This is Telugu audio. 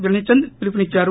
వినయ్ చంద్ పిలుపునిద్సారు